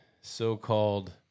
so-called